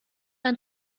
ein